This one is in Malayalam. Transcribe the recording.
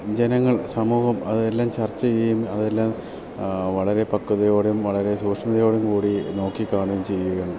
ജനങ്ങൾ സമൂഹം അതെല്ലാം ചർച്ച ചെയ്യുകേം അതെല്ലാം വളരെ പക്വതയോടേം വളരെ സൂഷ്മതയോടും കൂടി നോക്കി കാണേം ചെയ്യണം